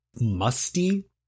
musty